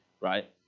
right